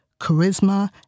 charisma